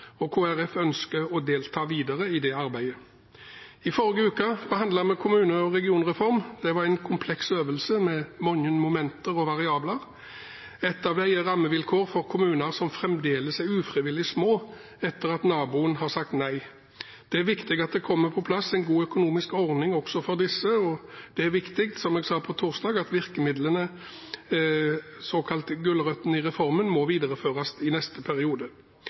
Kristelig Folkeparti ønsker å delta videre i det arbeidet. I forrige uke behandlet vi kommune- og regionreformen. Det var en kompleks øvelse med mange momenter og variabler. Én av dem er rammevilkår for kommuner som fremdeles er ufrivillig små etter at naboen har sagt nei. Det er viktig at det kommer på plass en god økonomisk ordning også for disse, og det er viktig – som jeg også sa på torsdag – at virkemidlene, de såkalte gulrøttene i reformen, må videreføres i neste periode.